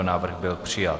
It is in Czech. Návrh byl přijat.